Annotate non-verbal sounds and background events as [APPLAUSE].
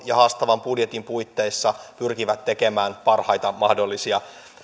[UNINTELLIGIBLE] ja haastavan budjetin puitteissa pyrkivät tekemään parhaita mahdollisia